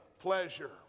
pleasure